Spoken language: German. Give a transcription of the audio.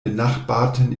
benachbarten